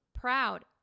proud